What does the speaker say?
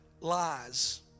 lies